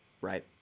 right